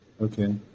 Okay